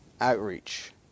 outreach